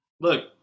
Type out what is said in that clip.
look